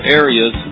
areas